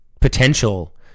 potential